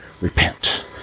Repent